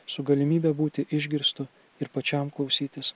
su galimybe būti išgirstu ir pačiam klausytis